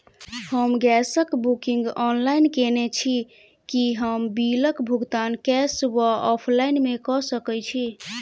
हम गैस कऽ booking online केने छी, की हम बिल कऽ भुगतान कैश वा ऑफलाइन मे कऽ सकय छी?